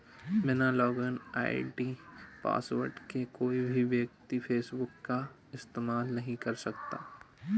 बिना login ID password के कोई भी व्यक्ति फेसबुक का इस्तेमाल नहीं कर सकता